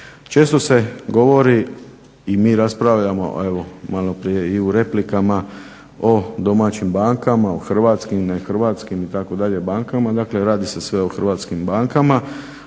Često se govori i mi raspravljamo, evo maloprije i u replikama, o domaćim bankama, o hrvatskim, nehrvatskih itd. banke, dakle radi se sve o hrvatskim bankama,